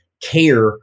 care